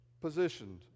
positioned